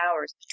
hours